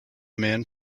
man